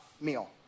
meal